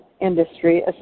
industry